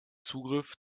zugriff